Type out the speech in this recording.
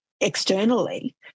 externally